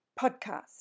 podcast